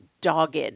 dogged